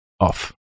off